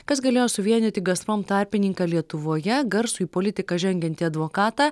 kas galėjo suvienyti gazprom tarpininką lietuvoje garsų į politiką žengiantį advokatą